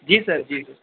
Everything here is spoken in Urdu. جی سر جی